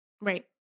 Right